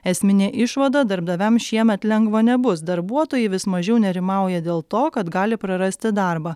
esminė išvada darbdaviams šiemet lengva nebus darbuotojai vis mažiau nerimauja dėl to kad gali prarasti darbą